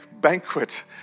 banquet